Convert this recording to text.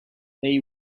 they